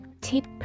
tip